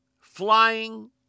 flying